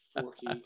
Forky